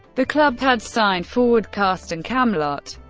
the club had signed forward carsten kammlott,